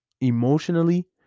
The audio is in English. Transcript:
emotionally